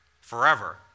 forever